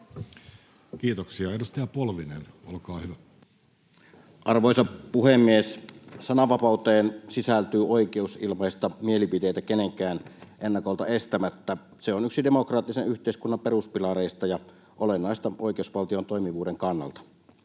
asemasta Time: 13:52 Content: Arvoisa puhemies! Sananvapauteen sisältyy oikeus ilmaista mielipiteitä kenenkään ennakolta estämättä. Se on yksi demokraattisen yhteiskunnan peruspilareista ja olennaista oikeusvaltion toimivuuden kannalta.